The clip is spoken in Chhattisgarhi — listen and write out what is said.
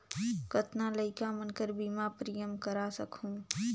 कतना लइका मन कर बीमा प्रीमियम करा सकहुं?